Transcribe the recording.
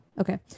Okay